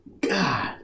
God